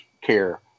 care